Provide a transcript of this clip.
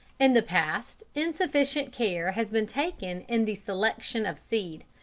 in the past insufficient care has been taken in the selection of seed.